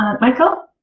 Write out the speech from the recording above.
michael